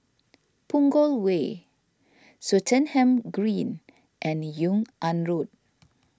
Punggol Way Swettenham Green and Yung An Road